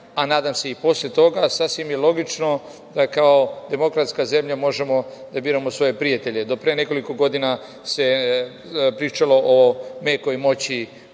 a nadam se i posle toga, sasvim je logično da kao demokratska zemlja možemo da biramo svoje prijatelje. Do pre nekoliko godina se pričalo o mekoj moći